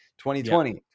2020